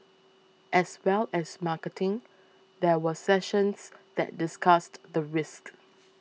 as well as marketing there were sessions that discussed the risks